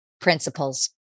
Principles